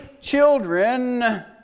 children